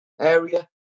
area